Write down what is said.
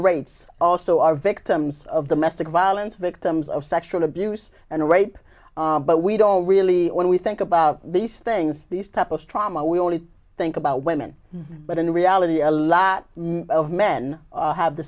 alarming rates also are victims of domestic violence victims of sexual abuse and rape but we don't really when we think about these things these type of trauma we only think about women but in reality a lot of men have the